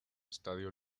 estadio